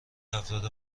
افراد